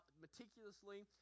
meticulously